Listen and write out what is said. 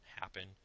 happen